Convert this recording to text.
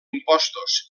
impostos